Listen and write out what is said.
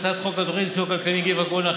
הצעת חוק התוכנית לסיוע כלכלי (נגיף